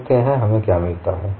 देखते हैं हमें क्या मिलता है